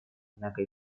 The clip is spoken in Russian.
однако